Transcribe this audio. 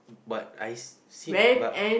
but I see but